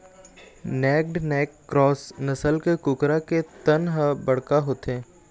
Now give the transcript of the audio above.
naked neck cross नसल के कुकरा के तन ह बड़का होथे